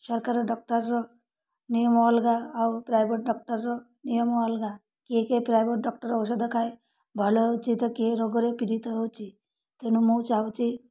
ସରକାର ଡକ୍ଟରର ନିୟମ ଅଲଗା ଆଉ ପ୍ରାଇଭେଟ ଡକ୍ଟରର ନିୟମ ଅଲଗା କିଏ କିଏ ପ୍ରାଇଭେଟ ଡକ୍ଟର ଔଷଧ ଖାଏ ଭଲ ହେଉଛି ତ କିଏ ରୋଗରେ ପୀଡ଼ିତ ହେଉଛି ତେଣୁ ମୁଁ ଚାହୁଁଛି